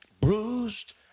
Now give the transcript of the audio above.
bruised